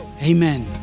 Amen